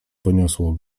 poniosło